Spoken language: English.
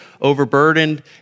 overburdened